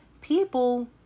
People